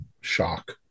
shock